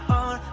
on